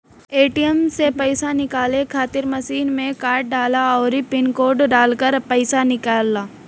ATM से पईसा निकाले खातिर मशीन में आपन कार्ड डालअ अउरी पिन कोड डालके पईसा निकाल लअ